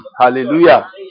hallelujah